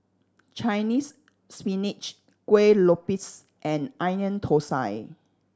Chinese Spinach Kuih Lopes and Onion Thosai